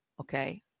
okay